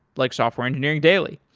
like software engineering daily.